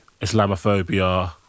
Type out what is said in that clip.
islamophobia